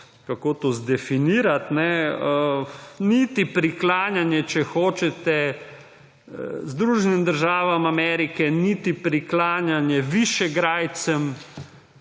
kako to definirati. Niti priklanjanje, če hočete, Združenim državam Amerike, niti priklanjanje Višegrajcem,